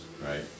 right